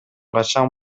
качан